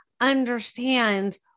understand